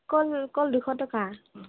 কল কল দুশ টকা